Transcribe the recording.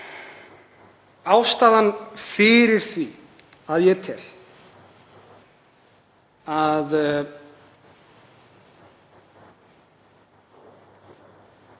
ástæðan fyrir því að ég get